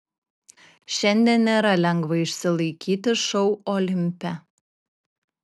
šiandien nėra lengva išsilaikyti šou olimpe